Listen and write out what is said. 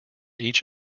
each